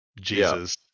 Jesus